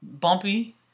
bumpy